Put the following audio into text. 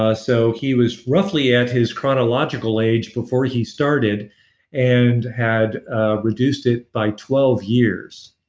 ah so he was roughly at his chronological age before he started and had ah reduced it by twelve years